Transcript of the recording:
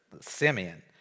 Simeon